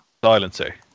Silencer